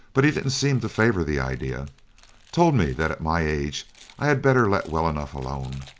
but he didn't seem to favor the idea told me that at my age i had better let well enough alone.